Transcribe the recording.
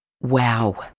Wow